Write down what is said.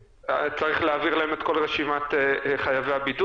צריך להעביר להם את כל רשימת חייבי הבידוד